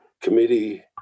committee